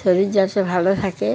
শরীর যাতে ভালো থাকে